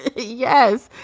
yes.